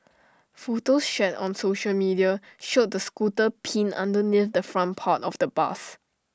photos shared on social media showed the scooter pinned underneath the front part of the bus